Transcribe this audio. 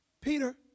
Peter